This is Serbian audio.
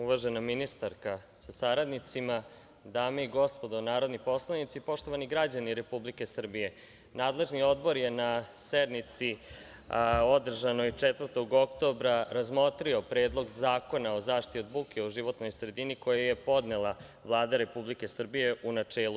Uvažena ministarka sa saradnicima, dame i gospodo narodni poslanici, poštovani građani Republike Srbije, nadležni odbor je na sednici održanoj 4. oktobra razmotrio Predlog zakona o zaštiti od buke u životnoj sredini koji je podnela Vlada Republike Srbije u načelu.